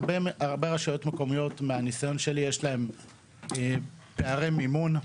הרבה רשויות מקומיות מהניסיון שלי יש להן פערי מימון,